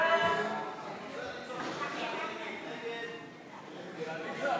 סעיף 1 נתקבל.